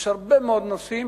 יש הרבה מאוד נושאים